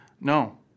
No